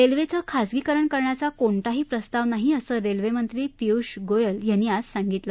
रस्विधिखासगीकरण करण्याचा कोणताही प्रस्ताव नाही असं रस्विमंत्री पियुष गोयल यांनी आज सांगितलं